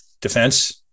defense